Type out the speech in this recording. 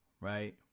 right